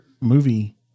movie